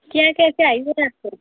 क्या क्या